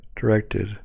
directed